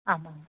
आमाम्